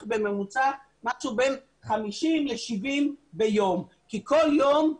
בממוצע משהו בין 50 ל-70 ליום כי כל יום,